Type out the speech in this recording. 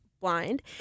blind